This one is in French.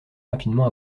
rapidement